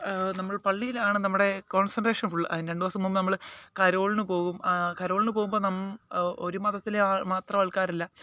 നമ്മൾ പള്ളിയിലാണ് നമ്മുടെ കോൺസെൻട്രേഷൻ ഫുള്ള് അതിന് രണ്ടുദിവസം മുമ്പ് നമ്മള് കരോളിന് പോകും കരോളിന് പോകുമ്പോള് ഒരു മതത്തിലെ മാത്രം ആൾക്കാരല്ല